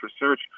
research